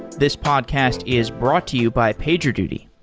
this podcast is brought to you by pagerduty.